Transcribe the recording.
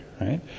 right